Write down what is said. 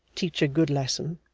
teach a good lesson.